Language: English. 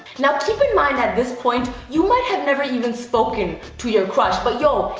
now keep in mind at this point you might have never even spoken to your crush but yo,